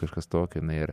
kažkas tokio na ir